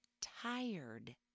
tired